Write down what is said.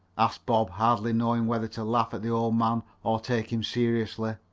asked bob, hardly knowing whether to laugh at the old man or take him seriously.